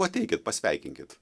ateikit pasveikinkit